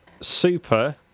super